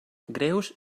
greus